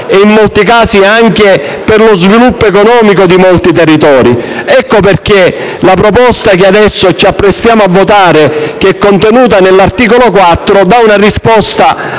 e, in molti casi, anche per lo sviluppo economico di molti territori. Ecco perché la proposta che adesso ci apprestiamo a votare, che è contenuta nell'articolo 4, dà una risposta